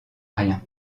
rien